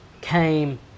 came